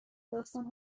داستان